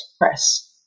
press